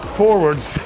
forwards